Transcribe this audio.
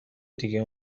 دیگه